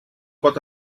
pot